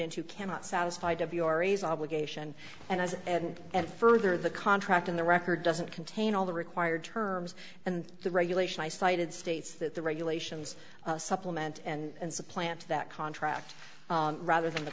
into cannot satisfied of your ease obligation and as and and further the contract in the record doesn't contain all the required terms and the regulation i cited states that the regulations supplement and supplant that contract rather than the